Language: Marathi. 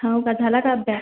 हो का झाला का अभ्यास